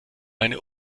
eine